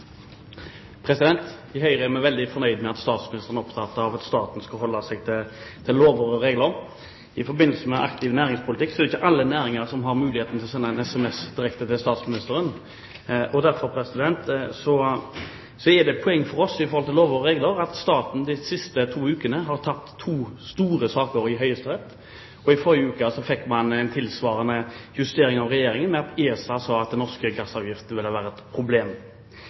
vi veldig fornøyde med at statsministeren er opptatt av at staten skal holde seg til lover og regler. I forbindelse med aktiv næringspolitikk er det ikke alle næringer som har mulighet til å sende en sms direkte til statsministeren. Derfor er det et poeng for oss når det gjelder lover og regler, at staten de siste to ukene har tapt to store saker i Høyesterett. I forrige uke fikk man en tilsvarende justering av Regjeringen da ESA sa at den norske gassavgiften vil være et problem.